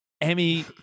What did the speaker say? Emmy